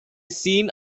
seen